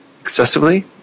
excessively